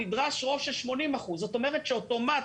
נדרש רוב של 80%. זאת אומרת שאוטומטית,